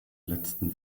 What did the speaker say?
letzten